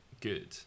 good